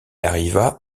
arriva